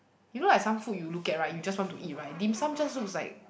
you know like some food you look at right you just want to eat right dim sum just looks like